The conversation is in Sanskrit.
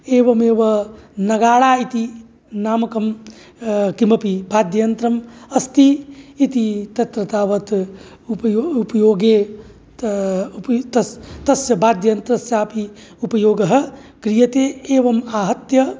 एवमेव नगाढा इति नामकं किमपि वाद्ययन्त्रम् अस्ति इति तत्र तावत् उपयो उपयोगे उपयुक्त तस्य वाद्ययन्त्रस्य अपि उपयोगः क्रियते एवम् आहत्य